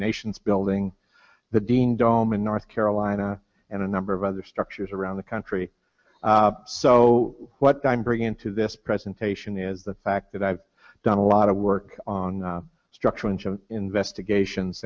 nations building the dean dallman north carolina and a number of other structures around the country so what i'm bringing to this presentation is the fact that i've done a lot of work on structural investigations